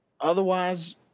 Otherwise